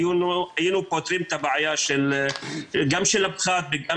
היו פותרים את הבעיה גם של הפחת וגם